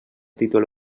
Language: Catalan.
títol